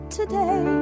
today